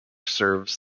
serves